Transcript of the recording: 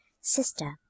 sister